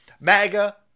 MAGA